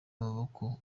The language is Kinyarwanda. amaboko